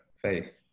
faith